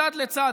מצד לצד,